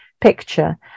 picture